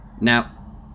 Now